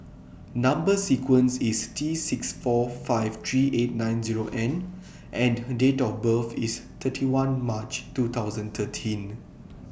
Number sequence IS T six four five three eight nine Zero N and Date of birth IS thirty one March two thousand thirteen